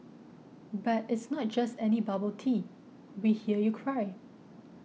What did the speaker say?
but it's not just any bubble tea we hear you cry